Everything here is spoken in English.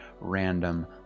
random